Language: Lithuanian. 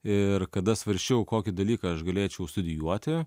ir kada svarsčiau kokį dalyką aš galėčiau studijuoti